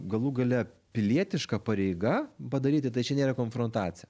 galų gale pilietiška pareiga padaryti tai čia nėra konfrontacija